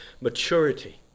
maturity